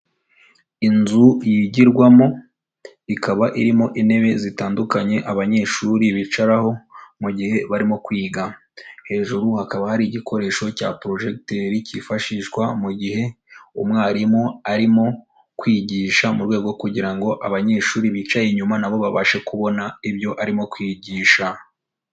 Inzu yigirwamo, ikaba irimo intebe zitandukanye abanyeshuri bicaraho mu gihe barimo kwiga. Hejuru hakaba hari igikoresho cya porojegiteri cyifashishwa mu gihe umwarimu arimo kwigisha, mu rwego rwo kugira ngo abanyeshuri bicaye inyuma na bo babashe kubona ibyo arimo kwigisha.